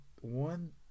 one